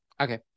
Okay